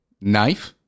knife